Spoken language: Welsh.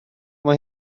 mae